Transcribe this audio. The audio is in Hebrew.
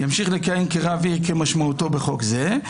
הוא ימשיך לכהן כרב עיר כמשמעותו בחוק זה,